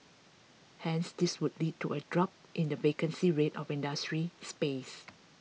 hence this would lead to a drop in the vacancy rate of industrial space